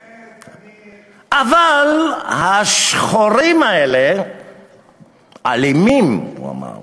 האמת, אני, אבל השחורים האלה אלימים, הוא אמר.